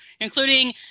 including